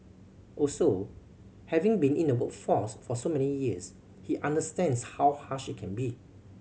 also having been in the workforce for so many years he understands how harsh it can be